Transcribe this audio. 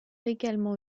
également